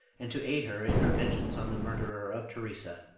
and to aid her in her vengeance on the murderer of theresa.